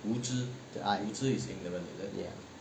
的爱 yes